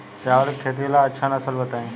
चावल के खेती ला अच्छा नस्ल बताई?